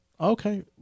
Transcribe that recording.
Okay